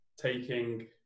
taking